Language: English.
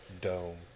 dome